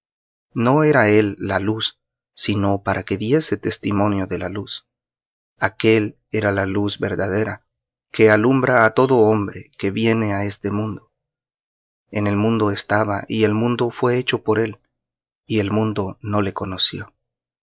no era él la luz sino para que diese testimonio de la luz era la luz verdadera que alumbra á todo hombre que viene á este mundo en el mundo estaba y el mundo fué hecho por él y el mundo no le conoció